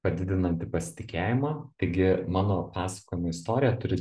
padidinanti pasitikėjimą taigi mano pasakojama istorija turi